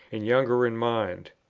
and younger in mind.